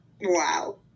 wow